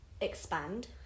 expand